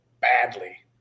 badly